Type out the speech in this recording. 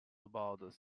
about